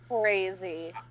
Crazy